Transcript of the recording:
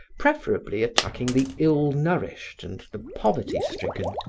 preferably attacking the ill-nourished and the poverty stricken,